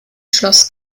schloss